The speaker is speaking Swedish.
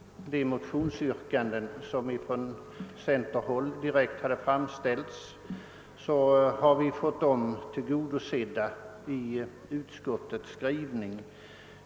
De motionsyrkanden som vi från centerhåll framställt har vi fått tillgodosedda i utskottets skrivning.